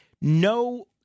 no